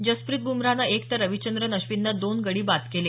जसप्रित बुमराहनं एक तर रविचंद्रन अश्विननं दोन गडी बाद केले